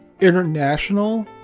international